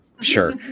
sure